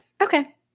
Okay